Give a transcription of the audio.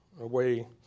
away